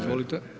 Izvolite.